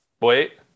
wait